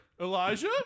Elijah